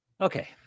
Okay